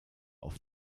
auf